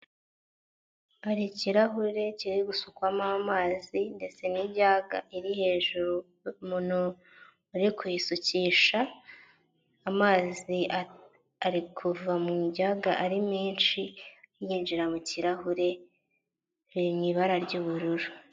Hari ikirahure kiri gusukwamo amazi ndetse n'ijaga iri hejuru umuntu uri kuyisukisha; amazi ari kuva mu ijaga ari menshi yinjira mu kirahure biri mu ibara ry'ubururu.